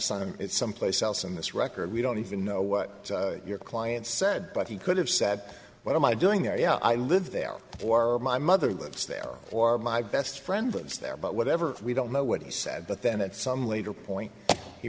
he is someplace else on this record we don't even know what your client said but he could have said what am i doing there you know i live there or my mother lives there or my best friend lives there but whatever we don't know what he said but then at some later point he